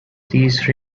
these